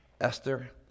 Esther